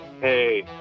Hey